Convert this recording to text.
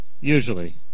Usually